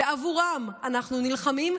ועבורם אנחנו נלחמים,